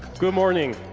good morning.